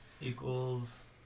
equals